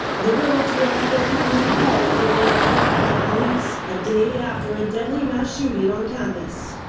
the road to umpqua community college remains blocked by police, a day after a deadly mass shooting on campus.